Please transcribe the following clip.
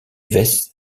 wes